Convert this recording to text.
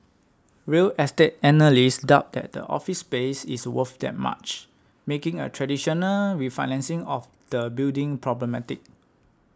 real estate analysts doubt that the office space is worth that much making a traditional refinancing of the building problematic